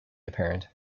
apparent